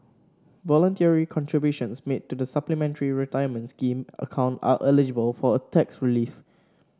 voluntary contributions made to the Supplementary Retirement Scheme account are eligible for a tax relief